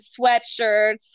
sweatshirts